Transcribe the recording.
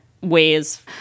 ways